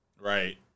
Right